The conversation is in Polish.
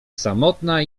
samotna